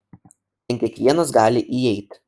ten kiekvienas gali įeit